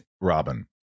Robin